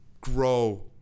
grow